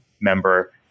member